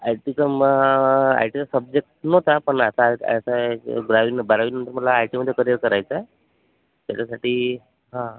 I टीचं म I टीचा सब्जेक्ट नव्हता पण आता आय असं आय बारावी म् बारावीनंतर म्हटलं आय टीमध्ये करिअर करायचं आहे त्याच्यासाठी हां